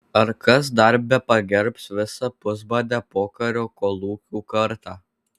ar kas dar bepagerbs visą pusbadę pokario kolūkių kartą